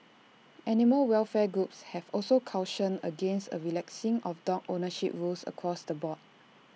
animal welfare groups have also cautioned against A relaxing of dog ownership rules across the board